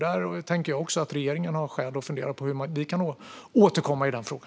Där har regeringen skäl att fundera på hur vi kan återkomma i denna fråga.